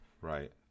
Right